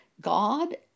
God